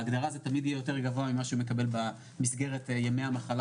בהגדרה זה תמיד יהיה יותר גבוה ממה שהוא מקבל במסגרת ימי המחלה.